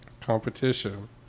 competition